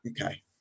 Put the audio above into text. Okay